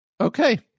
Okay